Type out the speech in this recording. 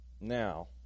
Now